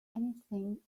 anything